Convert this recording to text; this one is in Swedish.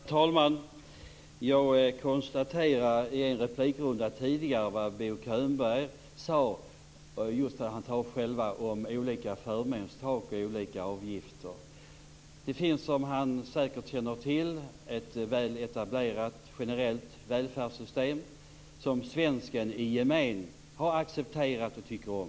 Herr talman! Jag konstaterade i en replikrunda tidigare vad Bo Könberg sade när han talar om olika förmånstak och olika avgifter. Det finns som han säkert känner till ett väl etablerat generellt välfärdssystem som svensken i gemen har accepterat och tycker om.